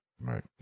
Right